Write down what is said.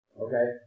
okay